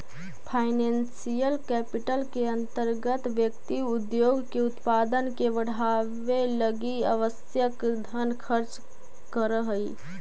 financial capital के अंतर्गत व्यक्ति उद्योग के उत्पादन के बढ़ावे लगी आवश्यक धन खर्च करऽ हई